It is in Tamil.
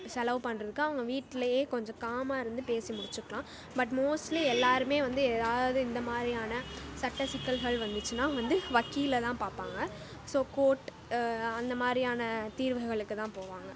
செலவு பண்ணுறதுக்கு அவங்க வீட்டிலேயே கொஞ்சம் காமாக இருந்து பேசி முடிச்சுக்கலாம் பட் மோஸ்ட்லி எல்லோருமே வந்து ஏதாவது இந்த மாதிரியான சட்ட சிக்கல்கள் வந்துச்சுனால் வந்து வக்கீலை தான் பார்ப்பாங்க ஸோ கோர்ட் அந்த மாதிரியான தீர்வுகளுக்கு தான் போவாங்க